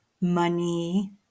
money